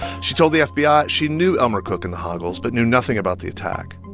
she told the fbi ah she knew elmer cook and the hoggles but knew nothing about the attack.